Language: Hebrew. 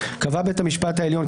קבע בית המשפט העליון,